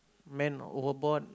man overboard